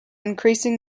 increasing